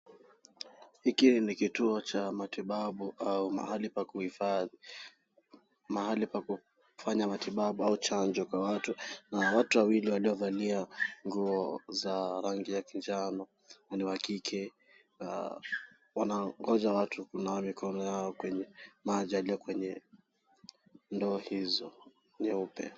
Hiki ni kituo cha matibabu au mahali pa kuhifadhi, mahali pa kufanyaa matibabu au chanjo kwa watu. Na watu wawili waliovalia nguo za rangi kinjano, mmjoja wa kike, wanangoja watu kunawa mikono yao kwenye maji yalio kwenye ndo hizo nyeupe.